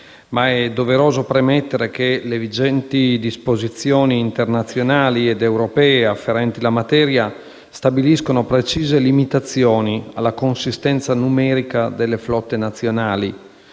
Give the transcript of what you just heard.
ma è doveroso premettere che le vigenti disposizioni internazionali ed europee afferenti la materia stabiliscono precise limitazioni alla consistenza numerica delle flotte nazionali